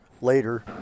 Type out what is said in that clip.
later